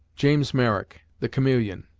james merrick, the chameleon,